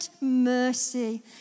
mercy